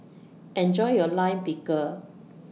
Enjoy your Lime Pickle